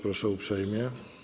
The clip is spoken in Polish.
Proszę uprzejmie.